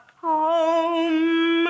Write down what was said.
Home